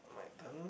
my turn